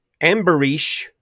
Amberish